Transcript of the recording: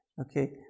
Okay